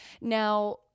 now